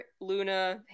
Luna